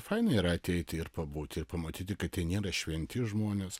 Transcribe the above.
faina yra ateiti ir pabūti ir pamatyti kad tai nėra šventi žmonės